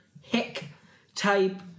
hick-type